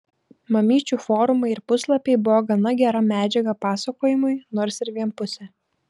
mamyčių forumai ir puslapiai buvo gana gera medžiaga pasakojimui nors ir vienpusė